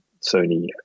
Sony